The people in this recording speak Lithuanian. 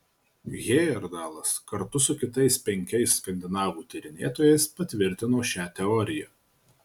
hejerdalas kartu su kitais penkiais skandinavų tyrinėtojais patvirtino šią teoriją